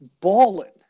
balling